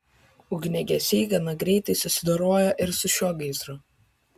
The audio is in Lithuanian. ugniagesiai gana greitai susidorojo ir su šiuo gaisru